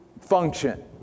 function